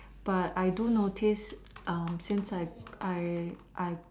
but I do notice since I I I